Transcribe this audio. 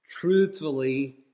truthfully